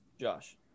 Josh